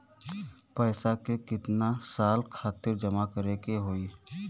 पैसा के कितना साल खातिर जमा करे के होइ?